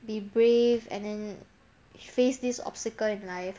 be brave and then face this obstacle in life